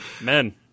Men